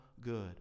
good